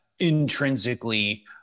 intrinsically